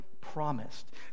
promised